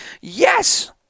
yes